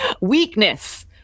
weakness